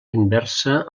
inversa